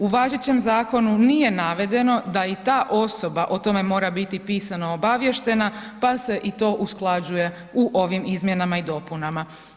U važećem zakonu nije navedeno da i ta osoba o tome mora biti pisano obaviješteno, pa se i to usklađuje u ovim izmjenama i dopunama.